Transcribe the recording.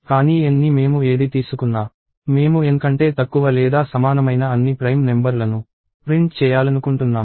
కానీ N ని మేము ఏది తీసుకున్నా మేము N కంటే తక్కువ లేదా సమానమైన అన్ని ప్రైమ్ నెంబర్ లను ప్రింట్ చేయాలనుకుంటున్నాము